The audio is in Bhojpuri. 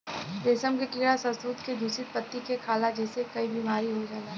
रेशम के कीड़ा शहतूत के दूषित पत्ती के खाला जेसे कई बीमारी हो जाला